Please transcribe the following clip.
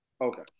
Okay